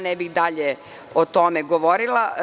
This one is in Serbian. Ne bih dalje o tome govorila.